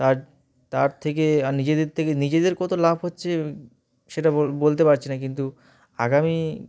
তার তার থেকে আর নিজেদের থেকে নিজেদের কত লাভ হচ্ছে সেটা বল বলতে পারছি না কিন্তু আগামী